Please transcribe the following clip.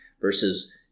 versus